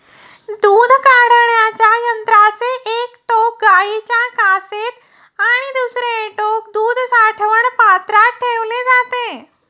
दूध काढण्याच्या यंत्राचे एक टोक गाईच्या कासेत आणि दुसरे टोक दूध साठवण पात्रात ठेवले जाते